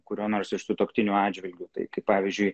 kurio nors iš sutuoktinių atžvilgiu tai kaip pavyzdžiui